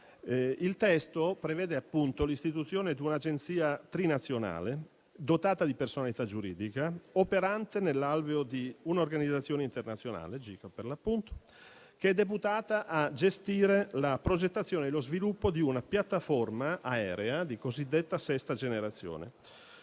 Il testo prevede l'istituzione di un'agenzia trinazionale dotata di personalità giuridica, operante nell'alveo di un'organizzazione internazionale, GCAP per l'appunto, deputata a gestire la progettazione e lo sviluppo di una piattaforma aerea di cosiddetta sesta generazione,